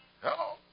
Hello